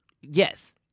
Yes